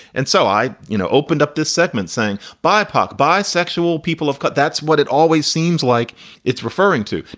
and so i, you know, opened up this segment saying, bipac, bisexual people have got that's what it always seems like it's referring to.